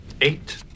Eight